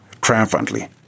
triumphantly